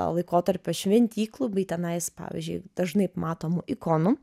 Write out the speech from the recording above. laikotarpio šventyklų bei tenais pavyzdžiui dažnai matomų ikonų